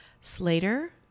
Slater